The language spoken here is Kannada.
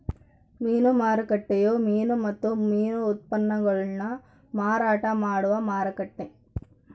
ಮೀನು ಮಾರುಕಟ್ಟೆಯು ಮೀನು ಮತ್ತು ಮೀನು ಉತ್ಪನ್ನಗುಳ್ನ ಮಾರಾಟ ಮಾಡುವ ಮಾರುಕಟ್ಟೆ